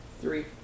three